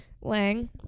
Lang